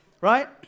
right